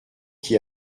qui